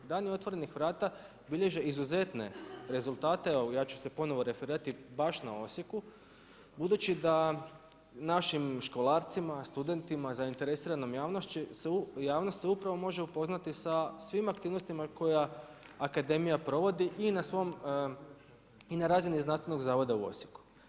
Dani otvorenih vrata bilježe izuzetne rezultate, evo ja ću se ponovno referirati baš na Osijeku, budući da našim školarcima, našim studentima, zainteresiranom javnošću, javnost se upravo može upoznati sa svim aktivnostima koje akademija provodi i na razini Znanstvenog zavoda u Osijeku.